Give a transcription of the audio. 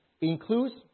includes